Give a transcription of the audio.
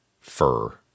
fur